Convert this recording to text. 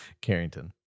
Carrington